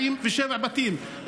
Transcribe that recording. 47 בתים,